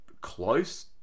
close